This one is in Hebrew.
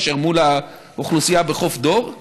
מאשר מול האוכלוסייה בחוף דור,